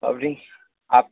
আপনি